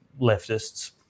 leftists